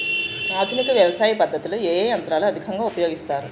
ఆధునిక వ్యవసయ పద్ధతిలో ఏ ఏ యంత్రాలు అధికంగా ఉపయోగిస్తారు?